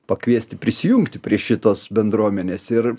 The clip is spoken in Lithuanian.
pakviesti prisijungti prie šitos bendruomenės ir